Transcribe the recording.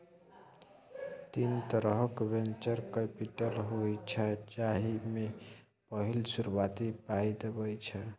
तीन तरहक venture capital होइ छै जाहि मे पहिल शुरुआती पाइ देब छै